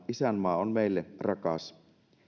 isänmaa on meille rakas